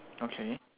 okay